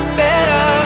better